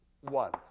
One